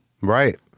Right